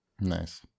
Nice